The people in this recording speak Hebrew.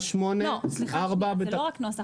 לא, זה לא רק נוסח.